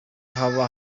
haba